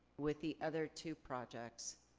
with the other two projects,